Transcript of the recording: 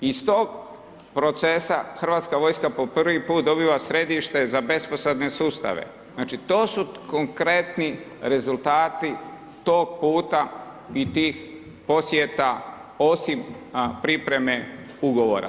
Iz tog procesa Hrvatska vojska po prvi put dobiva središte za besposadne sustave, znači to su konkretni rezultati tog puta i tih posjeta osim pripreme ugovora.